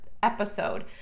Episode